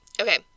Okay